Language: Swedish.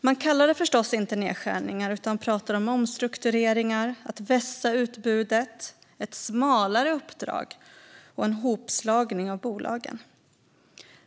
Man kallar det förstås inte nedskärningar utan pratar om omstruktureringar, att vässa utbudet, ett smalare uppdrag och en hopslagning av bolagen.